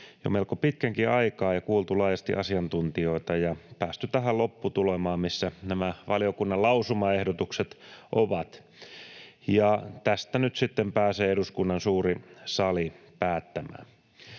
jo melko pitkänkin aikaa ja kuultu laajasti asiantuntijoita ja päästy tähän lopputulemaan, missä nämä valiokunnan lausumaehdotukset ovat, ja tästä nyt sitten pääsee eduskunnan suuri sali päättämään.